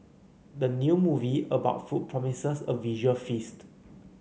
the new movie about food promises a visual feast